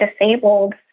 disabled